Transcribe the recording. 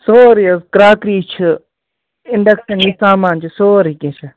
سورُے حظ کرٛاکری چھِ اِنڈَکٮ۪شَن یہِ سامان چھِ سورُے کیٚنٛہہ چھِ